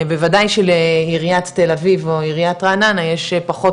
בוודאי שלעיריית תל אבי או עיריית רעננה יש פחות